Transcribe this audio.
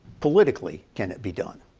politically can it be done?